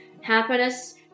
happiness